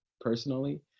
personally